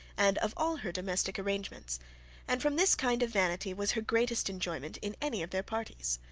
and of all her domestic arrangements and from this kind of vanity was her greatest enjoyment in any of their parties.